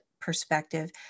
perspective